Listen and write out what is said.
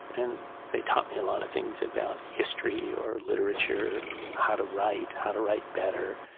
and they taught me a lot of things about history or literature, how to write, how to write better.